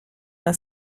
una